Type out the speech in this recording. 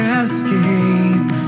escape